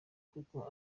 kuko